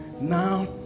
now